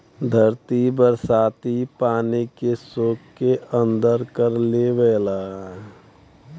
धरती बरसाती पानी के सोख के अंदर कर लेवला